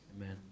Amen